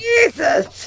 Jesus